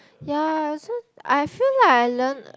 ya I also I feel like I learn